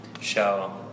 show